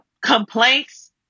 complaints